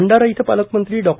भंडारा इथं पालकमंत्री डॉ